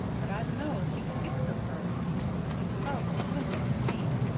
but i d' know's he can get so fur he's powerful slim-looking to me.